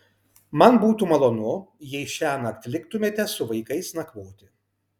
man būtų malonu jei šiąnakt liktumėte su vaikais nakvoti